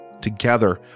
Together